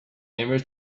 never